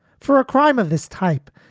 for a crime of this type,